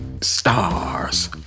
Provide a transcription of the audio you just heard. stars